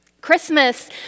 Christmas